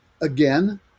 again